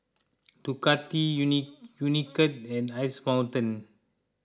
Ducati Unicurd and Ice Mountain